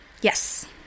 yes